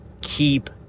keep